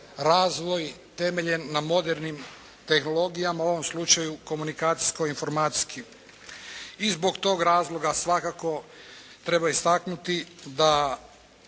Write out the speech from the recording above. razvoj, temeljen na modernim tehnologijama, u ovom slučaju komunikacijsko informacijski. I zbog tog razloga svakako treba istaknuti da